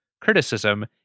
criticism